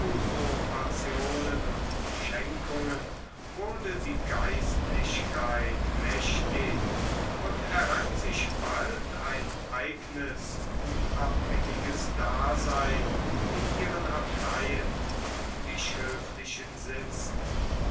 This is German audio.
usurpationen und schenkungen wurde die geistlichkeit mächtig und errang sich bald ein eignes unabhängiges dasein in ihren abteien und bischöflichen sitzen